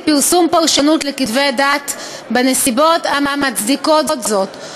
פרסום פרשנות לכתבי דת בנסיבות המצדיקות זאת,